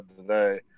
today